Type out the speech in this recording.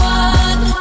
one